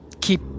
keep